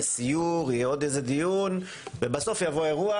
יהיה סיור, יהיה עוד איזה דיון ובסוף יבוא אירוע